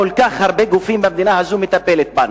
כל כך הרבה גופים במדינה הזאת מטפלים בנו,